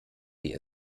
sie